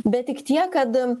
bet tik tiek kad